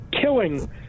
killing